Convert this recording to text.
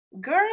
Girl